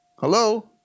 Hello